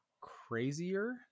crazier